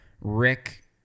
Rick